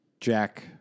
Jack